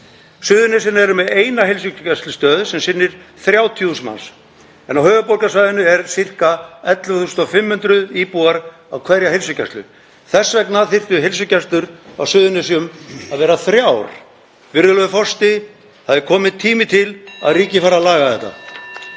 Suðurnesin eru með eina heilsugæslustöð sem sinnir 30.000 manns, en á höfuðborgarsvæðinu er sirka 11.500 íbúar á hverja heilsugæslu. Þess vegna þyrftu heilsugæslur á Suðurnesjum að vera þrjár. Virðulegur forseti. Það er kominn tími til að ríkið fari að laga þetta.